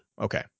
Okay